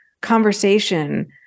conversation